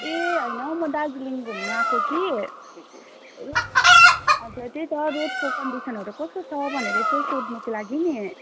ए होइन हौ म दार्जिलिङ घुम्नु आएको कि हजुर त्यही त रोडको कन्डिसनहरू कस्तो छ भनेर यसो सोध्नुको लागि नि